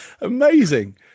amazing